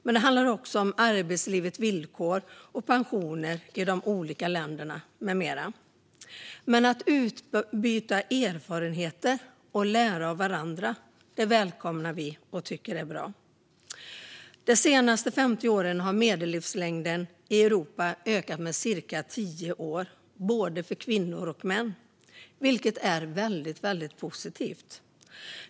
Men det handlar också om arbetslivets villkor, om pensioner i de olika länderna med mera. Att utbyta erfarenheter och lära av varandra välkomnar vi; det tycker vi är bra. De senaste 50 åren har medellivslängden i Europa ökat med cirka tio år för både kvinnor och män, vilket är väldigt positivt.